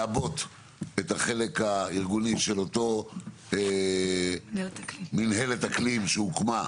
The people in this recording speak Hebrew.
לעבות את החלק הארגוני של אותו מנהלת אקלים שהוקמה,